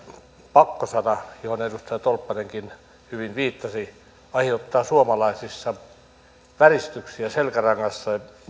pakko sana johon edustaja tolppanenkin hyvin viittasi aiheuttaa suomalaisissa väristyksiä selkärangassa ja